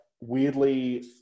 weirdly